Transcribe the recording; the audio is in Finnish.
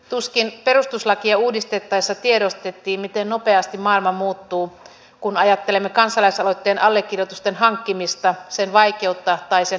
tuskin perustuslakia uudistettaessa tiedostettiin miten nopeasti maailma muuttuu kun ajattelemme kansalaisaloitteen allekirjoitusten hankkimista sen vaikeutta tai sen helppoutta